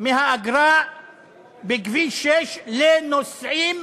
מהאגרה בכביש 6 לנוסעים